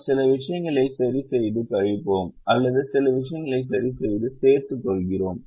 நாம் சில விஷயங்களை சரி செய்து கழிப்போம் அல்லது சில விஷயங்களை சரி செய்து சேர்த்துக் கொள்கிறோம்